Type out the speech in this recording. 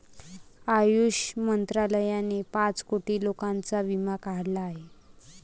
आयुष मंत्रालयाने पाच कोटी लोकांचा विमा काढला आहे